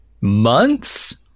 months